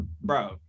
bro